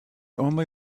only